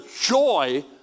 joy